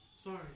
Sorry